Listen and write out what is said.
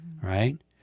right